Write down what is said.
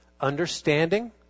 understanding